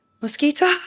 mosquito